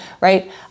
right